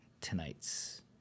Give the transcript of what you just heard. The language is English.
Tonight's